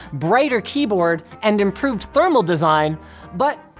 brighter keyboard and improved thermal design but,